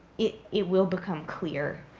it it will become clear.